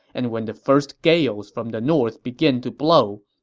and when the first gales from the north begin to blow,